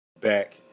Back